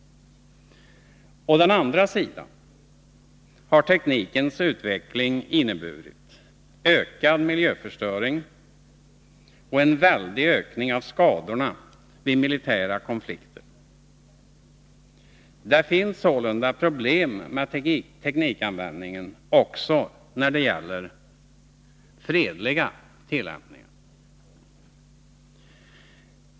Å andra sidan har teknikens utveckling inneburit ökad miljöförstöring och en väldig ökning av skadorna vid militära konflikter. Det finns sålunda problem med teknikanvändningen, också när det gäller fredliga tillämpningar.